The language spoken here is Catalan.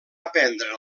aprendre